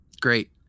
great